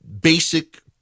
basic